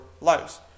lives